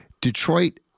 Detroit